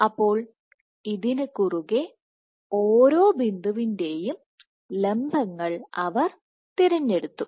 അപ്പോൾ ഇതിന് കുറുകെ ഓരോ ബിന്ദുവിന്റെയും ലംബങ്ങൾ അവർ തിരഞ്ഞെടുത്തു